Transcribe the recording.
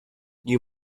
you